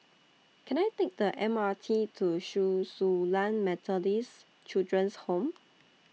Can I Take The M R T to Chen Su Lan Methodist Children's Home